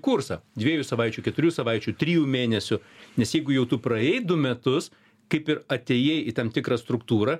kursą dviejų savaičių keturių savaičių trijų mėnesių nes jeigu jau tu praėjai du metus kaip ir atėjai į tam tikrą struktūrą